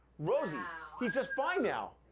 rosie, he's just fine now.